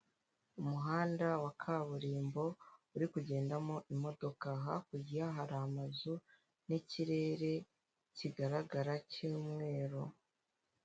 Umuhanda wa kaburimbo uri kugendamo imodoka hakurya hari amazu n'ikirere kigaragara cy'umweru.